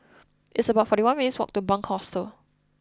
it's about forty one minutes' walk to Bunc Hostel